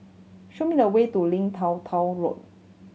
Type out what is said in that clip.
show me the way to Lim Tua Tow Road